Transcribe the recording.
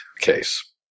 case